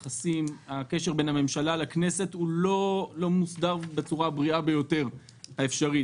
שהקשר בין הממשלה לכנסת הוא לא מוסדר בצורה הבריאה ביותר האפשרית.